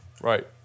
Right